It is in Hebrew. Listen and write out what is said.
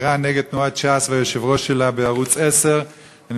אמירה נגד תנועת ש"ס והיושב-ראש שלה בערוץ 10. אני